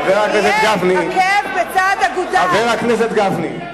חבר הכנסת גפני,